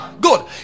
Good